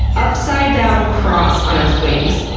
upside down cross on its wings,